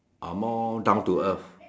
are more down to earth